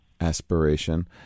aspiration